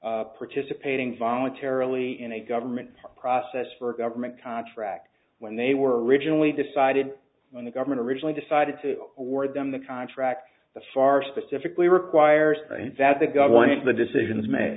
of participating voluntarily in a government process for a government contract when they were originally decided when the government originally decided to award them the contracts that far specifically require that the government the decision is m